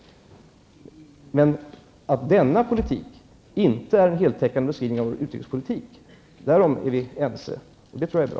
Att denna politik inte är en heltäckande beskrivning av vår utrikespolitik är vi ense om, och det är bra.